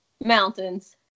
Mountains